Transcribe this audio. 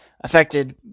affected